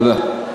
תודה.